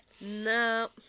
No